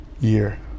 year